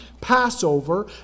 Passover